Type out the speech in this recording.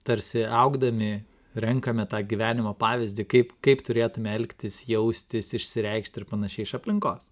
tarsi augdami renkame tą gyvenimo pavyzdį kaip kaip turėtumėme elgtis jaustis išsireikšti ir panašiai iš aplinkos